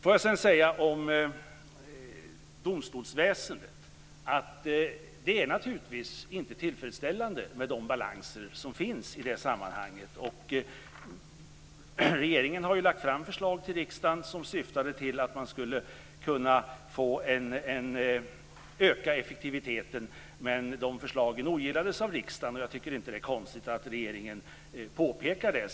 Får jag sedan beträffande domstolsväsendet säga att det naturligtvis inte är tillfredsställande med de balanser som finns i detta sammanhang. Regeringen har lagt fram förslag till riksdagen som syftade till att man skulle kunna öka effektiviteten. Men dessa förslag ogillades av riksdagen, och jag tycker inte att det är konstigt att regeringen påpekar det.